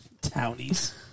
Townies